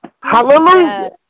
Hallelujah